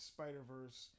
Spider-Verse